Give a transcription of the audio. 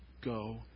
go